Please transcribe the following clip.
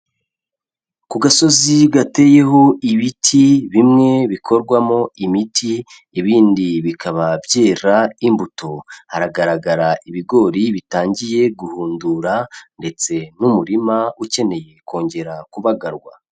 Ku gasozi gateyeho ibiti bimwe bikorwamo imiti, ibindi bikaba byera imbuto, haragaragara ibigori bitangiye guhindundura ndetse n'umurima ukeneye kongera kubagarwa.